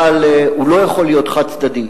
אבל הוא לא יכול להיות חד-צדדי.